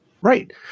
Right